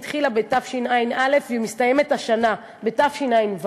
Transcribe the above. היא התחילה בתשע"א והיא מסתיימת השנה, בתשע"ו.